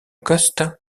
coste